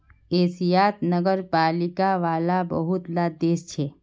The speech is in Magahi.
एशियात नगरपालिका वाला बहुत ला देश छे